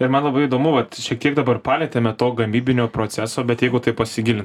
ir man labai įdomu vat šiek tiek dabar palietėme to gamybinio proceso bet jeigu taip pasigilint